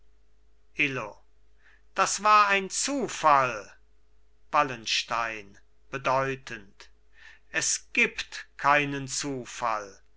das war ein zufall wallenstein bedeutend es gibt keinen zufall